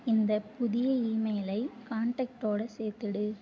இந்த புதிய இமெயிலை கான்ட்டாக்டோட சேர்த்துவிடு